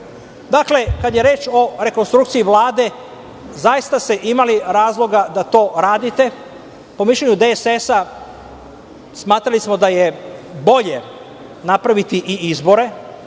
razmrsi. Kada je reč o rekonstrukciji Vlade, zaista ste imali razloga da to radite. Po mišljenju DSS smatrali smo da je bolje napraviti i izbore,